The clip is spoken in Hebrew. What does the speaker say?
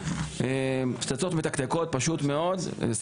פשוט מאוד פצצות מתקתקות,